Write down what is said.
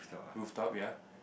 roof top ya